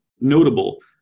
notable